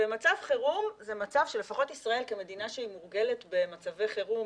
ומצב חירום זה מצב שלפחות ישראל כמדינה שהיא מורגלת במצבי חירום,